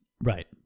Right